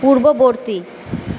পূর্ববর্তী